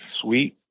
sweet